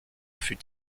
fut